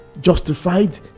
justified